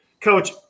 Coach